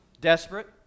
Desperate